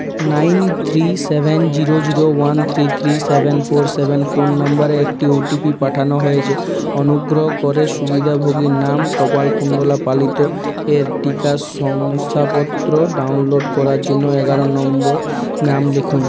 nine three seven zero zero one three three seven four seven phone নাম্বারে একটি OTP পাঠানো হয়েছে অনুগ্রহ করে সুবিধাভোগীর নাম কপালকুণ্ডলা পালিত এর টিকা শংসাপত্র ডাউনলোড করার জন্য এগারো নম্বর নাম লিখুন